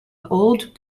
old